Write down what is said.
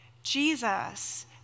Jesus